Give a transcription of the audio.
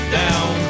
down